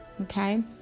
Okay